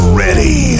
ready